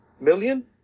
million